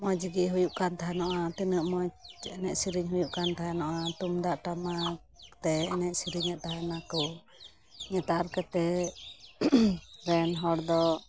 ᱢᱚᱡᱽᱜᱤ ᱦᱩᱭᱩᱜᱠᱟᱱ ᱛᱮᱦᱮᱱᱟ ᱛᱤᱱᱟᱹᱜ ᱢᱚᱡᱽ ᱮᱱᱮᱡ ᱥᱮᱨᱮᱧ ᱦᱩᱭᱩᱜᱠᱟᱱ ᱛᱮᱦᱮᱱᱚᱜᱼᱟ ᱛᱩᱢᱫᱟᱜ ᱴᱟᱢᱟᱠᱛᱮ ᱮᱱᱮᱡ ᱥᱮᱨᱮᱧᱮᱫ ᱛᱟᱦᱮᱱᱟᱠᱚ ᱱᱮᱛᱟᱨ ᱠᱟᱛᱮᱫ ᱨᱮᱱ ᱦᱚᱲ ᱫᱚ